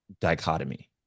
dichotomy